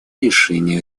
решению